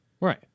Right